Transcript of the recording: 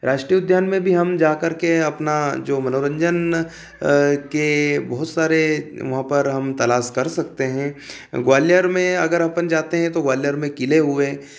राष्ट्रीय उद्यान में भी हम जाकर के अपना जो मनोरंजन के बहुत सारे वहाँ पर हम तलाश कर सकते हैं ग्वालियर में अगर अपन जाते हैं तो ग्वालियर में किले हुए